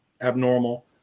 abnormal